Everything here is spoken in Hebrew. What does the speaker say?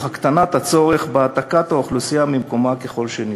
הקטנת הצורך בהעתקת האוכלוסייה ממקומה ככל האפשר.